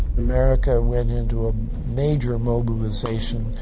america went into a major mobilization,